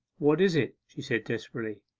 what is it she said desperately.